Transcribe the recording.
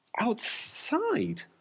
Outside